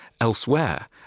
elsewhere